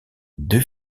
deux